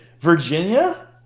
virginia